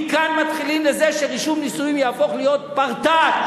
מכאן מתחילים בזה שרישום נישואים יהפוך להיות פרטאץ',